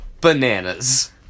bananas